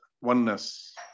oneness